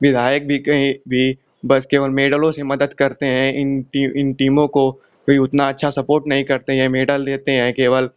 विधायक भी कहीं भी बस केवल मेडलों से मदद करते हैं इन टी इन टीमों को कोई उतना अच्छा सपोर्ट नहीं करते हैं यह मेडल देते हैं केवल